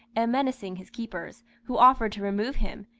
and menacing his keepers, who offered to remove him,